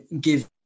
give